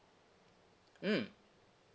mm